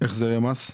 החזרי מס?